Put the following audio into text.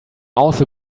also